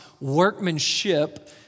workmanship